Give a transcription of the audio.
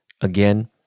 Again